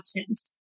options